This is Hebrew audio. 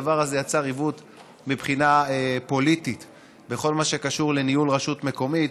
הדבר הזה יצר עיוות מבחינה פוליטית בכל מה שקשור לניהול רשות מקומית.